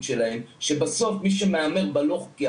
שלהם מראים שבסוף מי שמהמר בלא חוקי,